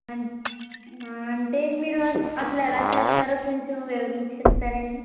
అంటే మీరు అసల అసలు ఎలా చేస్తారో కొంచెం వివరించి చెప్తారా అండి